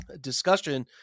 discussion